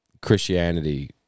Christianity